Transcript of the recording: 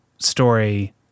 Story